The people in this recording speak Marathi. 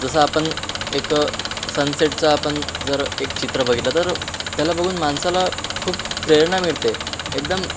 जसं आपण एक सनसेटचं आपण जर एक चित्र बघितला तर त्याला बघून माणसाला खूप प्रेरणा मिळते एकदम